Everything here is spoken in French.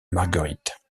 marguerite